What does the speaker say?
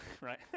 right